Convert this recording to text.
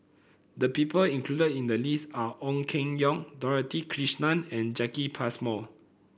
the people included in the list are Ong Keng Yong Dorothy Krishnan and Jacki Passmore